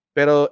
Pero